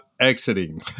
Exiting